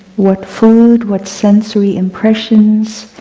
what food, what sensory impressions,